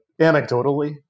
anecdotally